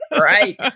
Right